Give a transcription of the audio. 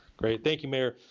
great thank you mayor.